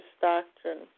doctrine